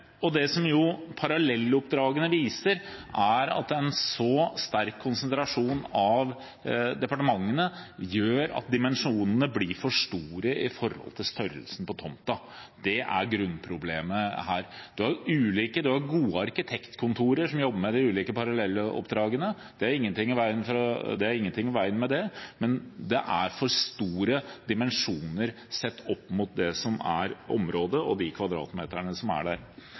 Det som jo parallelloppdragene viser, er at en så sterk konsentrasjon av departementene gjør at dimensjonene blir for store i forhold til størrelsen på tomta. Det er grunnproblemet her. En har jo gode arkitektkontorer som jobber med de parallelle oppdragene – det er ingenting i veien med det – men det er for store dimensjoner, sett opp imot det som er området, og de kvadratmeterne som er der.